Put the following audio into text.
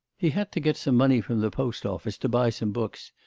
he had to get some money from the post-office, to buy some books,